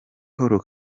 paul